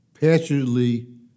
passionately